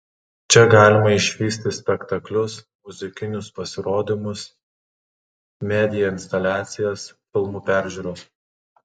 čia galima išvysti spektaklius muzikinius pasirodymus media instaliacijas filmų peržiūras